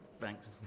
Thanks